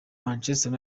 manchester